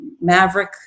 Maverick